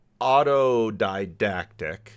autodidactic